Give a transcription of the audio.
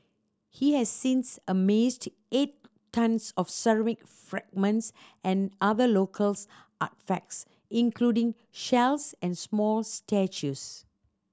he has since amassed eight tonnes of ceramic fragments and other local artefacts including shells and small statues